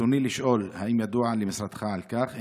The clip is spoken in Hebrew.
ברצוני לשאול: 1. האם ידוע למשרדך על כך?